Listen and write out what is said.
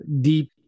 deep